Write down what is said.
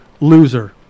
loser